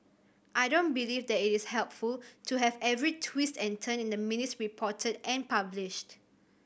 I don't believe that it is helpful to have every twist and turn in the minutes reported and published